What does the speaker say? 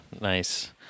Nice